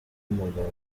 umugabo